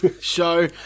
show